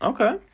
Okay